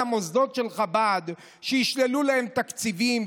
המוסדות של חב"ד שישללו להם תקציבים,